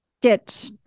get